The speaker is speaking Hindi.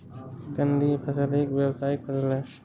कंदीय फसल एक व्यावसायिक फसल है